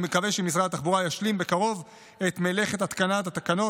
אני מקווה שמשרד התחבורה ישלים בקרוב את מלאכת התקנת התקנות